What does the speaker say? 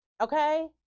Okay